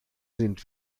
sind